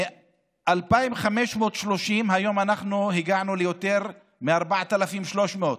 מ-2,530 הגענו היום ליותר מ-4,300.